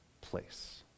place